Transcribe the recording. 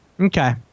Okay